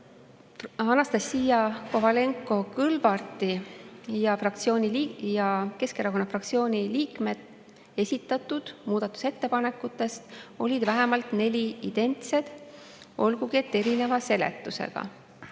Anastassia Kovalenko-Kõlvarti ja Keskerakonna fraktsiooni liikmete esitatud muudatusettepanekutest olid vähemalt neli identsed, olgugi et erineva seletusega.